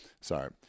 sorry